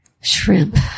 Shrimp